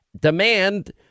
demand